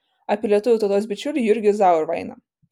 apie lietuvių tautos bičiulį jurgį zauerveiną